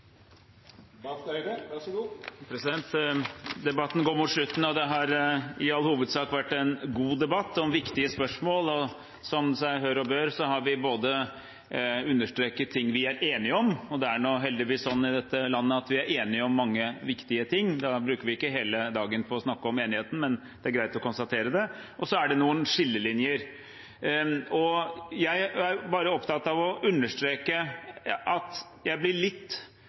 Debatten går mot slutten, og det har i all hovedsak vært en god debatt om viktige spørsmål. Som seg hør og bør, har vi understreket ting vi er enige om, og det er jo heldigvis sånn i dette landet at vi er enige om mange viktige ting. Vi bruker ikke hele dagen på å snakke om enigheten, men det er greit å konstatere det. Så er det noen skillelinjer. Jeg er opptatt av å understreke at jeg blir litt